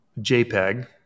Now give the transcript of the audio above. JPEG